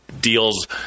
deals